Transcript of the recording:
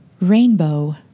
Rainbow